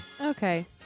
Okay